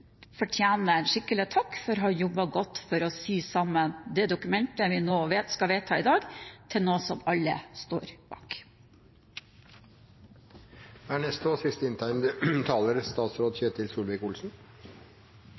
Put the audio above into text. fortjener en skikkelig takk for å ha jobbet godt for å sy sammen det vi skal vedta i dag, til noe som alle står bak. Trafikksikkerhet og arbeidet med det er